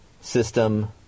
system